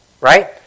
Right